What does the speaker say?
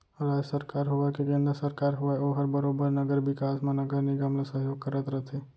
राज सरकार होवय के केन्द्र सरकार होवय ओहर बरोबर नगर बिकास म नगर निगम ल सहयोग करत रथे